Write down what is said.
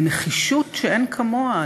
ובנחישות שאין כמוה.